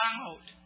out